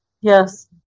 yes